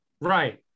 right